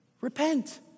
Repent